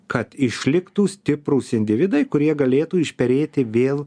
kad išliktų stiprūs individai kurie galėtų išperėti vėl